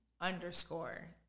underscore